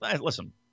listen